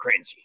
cringy